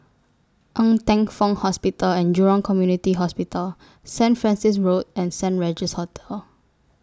Ng Teng Fong Hospital and Jurong Community Hospital Saint Francis Road and Saint Regis Hotel